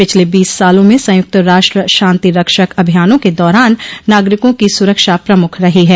पिछले बीस सालों में संयुक्त राष्ट्र शांति रक्षक अभियानों के दौरान नागरिकों की सुरक्षा प्रमुख रही है